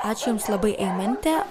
ačiū jums labai eimente